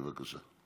בבקשה.